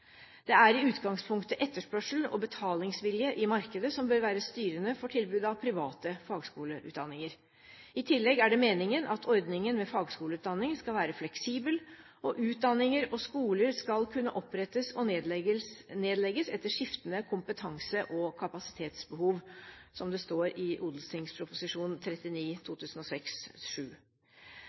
Det er i utgangspunktet etterspørsel og betalingsvilje i markedet som bør være styrende for tilbudet av private fagskoleutdanninger. I tillegg er det meningen at ordningen med fagskoleutdanning skal være fleksibel, og «utdanninger og skoler skal kunne opprettes og nedlegges etter skiftende kompetanse- og kapasitetsbehov», som det står i Ot.prp. nr. 39